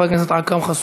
חברת הכנסת קארין אלהרר,